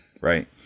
right